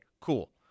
cool